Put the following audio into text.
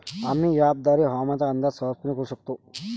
आम्ही अँपपद्वारे हवामानाचा अंदाज सहजपणे करू शकतो